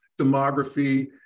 demography